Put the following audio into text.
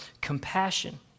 compassion